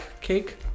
cake